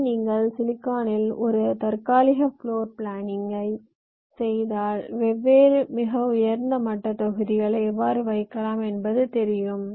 எனவே நீங்கள் சிலிக்கானில் ஒரு தற்காலிக ஃப்ளோர் பிளானிங்கைச் செய்தால் வெவ்வேறு மிக உயர்ந்த மட்ட தொகுதிகளை எவ்வாறு வைக்கலாம் என்பது தெரியும்